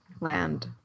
Land